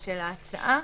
של ההצעה.